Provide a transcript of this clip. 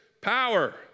Power